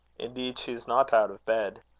indeed, she is not out of bed.